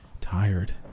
tired